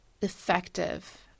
effective